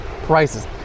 prices